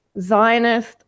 Zionist